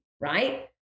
right